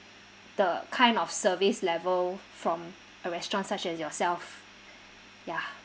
the kind of service level from a restaurants such as yourself ya